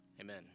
Amen